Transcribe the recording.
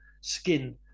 skin